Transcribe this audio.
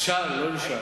של, לא שאל.